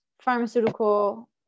pharmaceutical